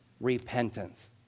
repentance